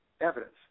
evidence